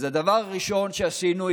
אז הדבר הראשון שעשינו,